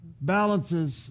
balances